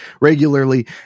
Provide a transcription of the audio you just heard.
regularly